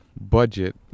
budget